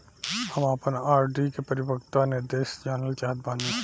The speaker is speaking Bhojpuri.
हम आपन आर.डी के परिपक्वता निर्देश जानल चाहत बानी